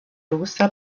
rusa